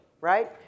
right